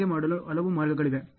ಹಾಗೆ ಮಾಡಲು ಹಲವು ಮಾರ್ಗಗಳಿವೆ